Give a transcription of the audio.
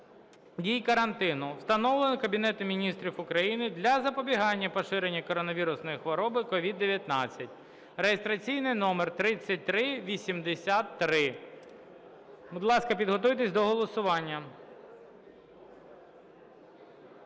дій карантину, встановленого Кабінетом Міністрів України для запобігання поширенню коронавірусної хвороби (COVID-19) (реєстраційний номер 3383). Будь ласка, підготуйтесь до голосування.